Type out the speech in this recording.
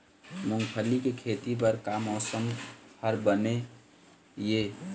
मूंगफली के खेती बर का मौसम हर बने ये?